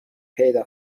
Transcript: پیدا